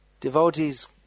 devotees